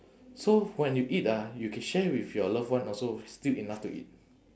so when you eat ah you can share with your loved one also still enough to eat